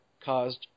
caused